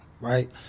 right